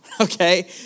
Okay